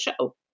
show